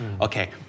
okay